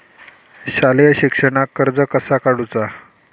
शालेय शिक्षणाक कर्ज कसा काढूचा?